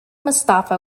mustafa